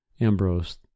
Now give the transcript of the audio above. Ambrose